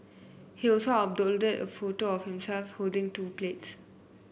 he also uploaded a photo of himself holding two plate